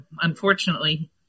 unfortunately